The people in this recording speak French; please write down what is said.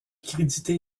crédité